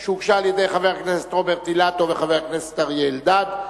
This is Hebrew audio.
לסדר-היום שהוגשה על-ידי חבר הכנסת רוברט אילטוב וחבר הכנסת אריה אלדד,